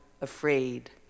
afraid